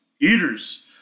eaters